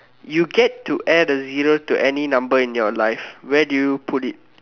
you get to add a zero to any number in your life where do you put it